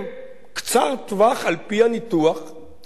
קצר-טווח על-פי הניתוח המלומד